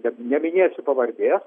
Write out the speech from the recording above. kad neminėsiu pavardės